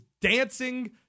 dancing